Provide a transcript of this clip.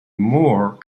moore